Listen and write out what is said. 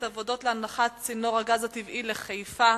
העבודות להנחת צינור הגז הטבעי לחיפה,